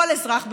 כל אזרח,